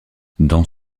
dans